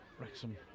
Wrexham